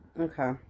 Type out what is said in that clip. Okay